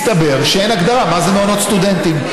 מסתבר שאין הגדרה מה זה מעונות סטודנטים.